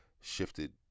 shifted